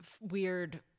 weird